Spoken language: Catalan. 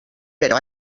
però